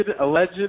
alleged